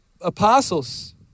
apostles